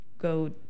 go